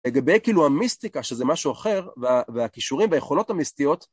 לגבי כאילו המיסטיקה שזה משהו אחר והכישורים והיכולות המיסטיות